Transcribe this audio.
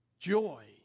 Joy